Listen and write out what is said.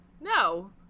No